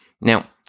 Now